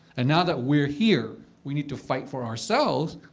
and now that we're here, we need to fight for ourselves,